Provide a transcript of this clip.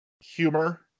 Humor